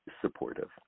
supportive